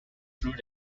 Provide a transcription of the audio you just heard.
through